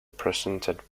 presented